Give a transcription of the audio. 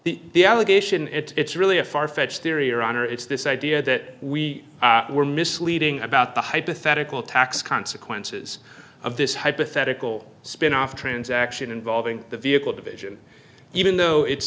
the the allegation it's really a far fetched theory around or it's this idea that we were misleading about the hypothetical tax consequences of this hypothetical spin off transaction involving the vehicle division even though it's